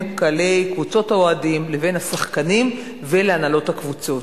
קהלי קבוצות האוהדים לבין השחקנים והנהלות הקבוצות,